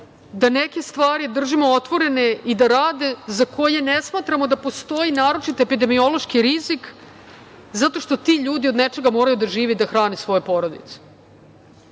da neke stvari držimo otvorene i da rade za koje ne smatramo da postoje naročito epidemiološki rizik zato što ti ljudi od nečega moraju da žive i da hrane svoje porodice. Reći